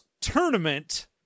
tournament